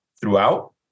throughout